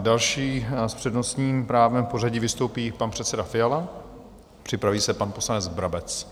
Další s přednostním právem v pořadí vystoupí pan předseda Fiala, připraví se pan poslanec Brabec.